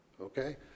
Okay